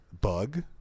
Bug